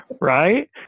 right